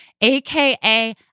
AKA